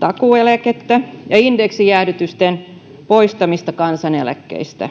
takuueläkettä ja indeksijäädytysten poistamista kansaneläkkeistä